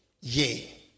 Yea